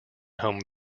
home